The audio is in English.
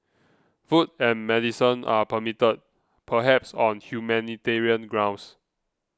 food and medicine are permitted perhaps on humanitarian grounds